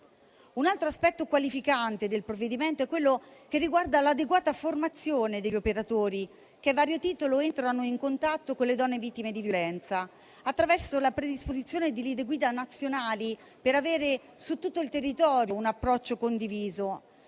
Un altro aspetto qualificante del provvedimento è quello che riguarda l'adeguata formazione degli operatori che a vario titolo entrano in contatto con le donne vittime di violenza, attraverso la predisposizione di linee guida nazionali per avere su tutto il territorio un approccio condiviso.